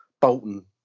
Bolton